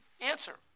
answer